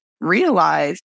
realize